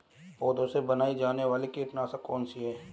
पौधों से बनाई जाने वाली कीटनाशक कौन सी है?